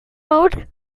mode